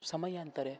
સમયાંતરે